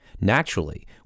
Naturally